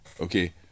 Okay